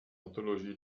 anthologie